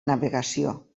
navegació